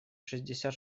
шестьдесят